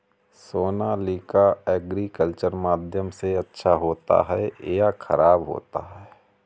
Sonalika agriculture माध्यम से अच्छा होता है या ख़राब होता है?